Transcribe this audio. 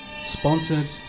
sponsored